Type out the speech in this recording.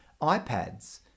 iPads